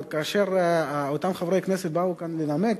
כאשר אותם חברי כנסת באו כאן לנמק,